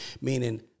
Meaning